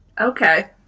Okay